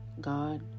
God